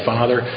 Father